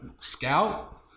scout